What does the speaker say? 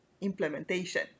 implementation